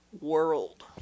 world